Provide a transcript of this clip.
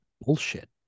bullshit